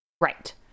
Right